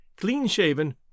clean-shaven